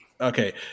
okay